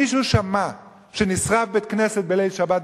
מישהו שמע שנשרף בית-כנסת בחריש בליל שבת,